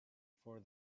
for